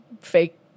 fake